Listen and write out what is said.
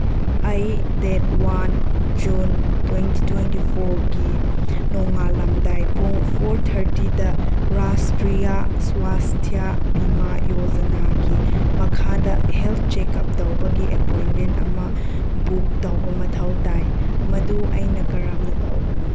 ꯑꯩ date one June twenty twenty ꯐꯣꯔꯒꯤ ꯅꯣꯡꯉꯥꯜꯂꯝꯗꯥꯏ ꯄꯨꯡ ꯐꯣꯔ ꯊꯥꯔꯇꯤꯗ ꯔꯥꯁꯇ꯭ꯔꯤꯌꯥ ꯁ꯭ꯋꯥꯁꯊ꯭ꯌꯥ ꯕꯤꯃꯥ ꯌꯣꯖꯅꯥꯒꯤ ꯃꯈꯥꯗ ꯍꯦꯜ ꯆꯦꯛꯑꯞ ꯇꯧꯕꯒꯤ ꯑꯦꯄꯣꯏꯟꯃꯦꯟ ꯑꯃ ꯕꯨꯛ ꯇꯧꯕ ꯃꯊꯧ ꯇꯥꯏ ꯃꯗꯨ ꯑꯩꯅ ꯀꯔꯝꯅ ꯇꯧꯒꯅꯤ